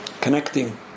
connecting